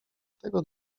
tego